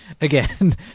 Again